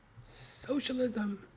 Socialism